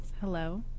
Hello